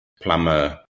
plumber